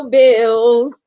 bills